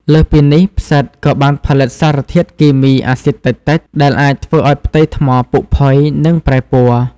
លើសពីនេះ ផ្សិតក៏បានផលិតសារធាតុគីមីអាស៊ីតតិចៗ ដែលអាចធ្វើឱ្យផ្ទៃថ្មពុកផុយ និងប្រែពណ៌។